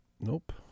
Nope